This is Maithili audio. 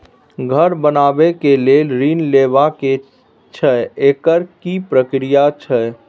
घर बनबै के लेल ऋण लेबा के छै एकर की प्रक्रिया छै?